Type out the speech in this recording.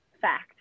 fact